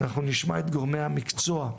אנחנו נשמע את גורמי המקצוע,